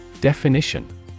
Definition